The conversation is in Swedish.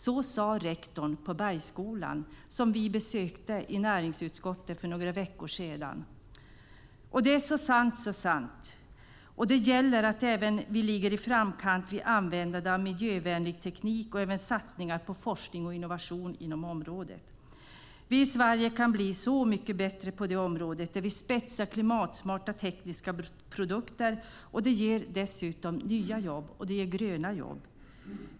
Så sade rektorn på Bergsskolan som vi i näringsutskottet besökte för några veckor sedan. Det är så sant, så sant. Det gäller att vi ligger i framkant vid användande av miljövänlig teknik och även satsningar på forskning och innovation inom området. Vi i Sverige kan bli bättre på det område där vi spetsar klimatsmarta tekniska produkter. Det ger dessutom nya jobb och gröna jobb.